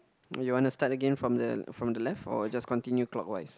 you want to start again from the from the left or just continue clockwise